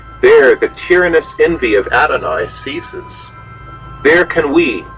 there the tyrannous envy of adonai ceases there can we,